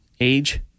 age